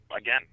again